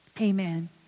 amen